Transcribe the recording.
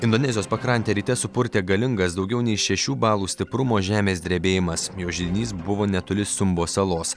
indonezijos pakrantę ryte supurtė galingas daugiau nei šešių balų stiprumo žemės drebėjimas jo židinys buvo netoli sumbo salos